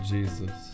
Jesus